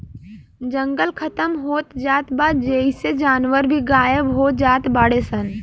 जंगल खतम होत जात बा जेइसे जानवर भी गायब होत जात बाडे सन